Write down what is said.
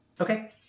Okay